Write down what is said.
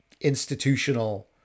institutional